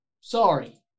sorry